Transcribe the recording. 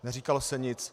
Neříkalo se nic.